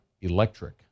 electric